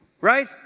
right